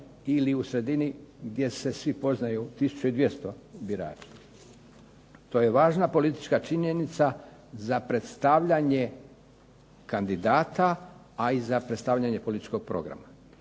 ili u sredini gdje se svi poznaju, 1200 birača. To je važna politička činjenica za predstavljanje kandidata, a i za predstavljanje političkog programa.